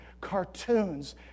Cartoons